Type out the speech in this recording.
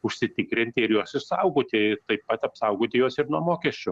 užsitikrinti ir juos išsaugoti taip pat apsaugoti juos ir nuo mokesčių